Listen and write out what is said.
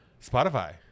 Spotify